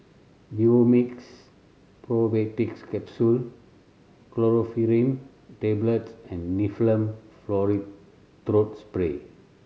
Vivomixx Probiotics Capsule Chlorpheniramine Tablets and Difflam Forte Throat Spray